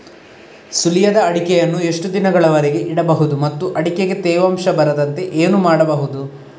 ಸುಲಿಯದ ಅಡಿಕೆಯನ್ನು ಎಷ್ಟು ದಿನಗಳವರೆಗೆ ಇಡಬಹುದು ಮತ್ತು ಅಡಿಕೆಗೆ ತೇವಾಂಶ ಬರದಂತೆ ಏನು ಮಾಡಬಹುದು?